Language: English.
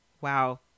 Wow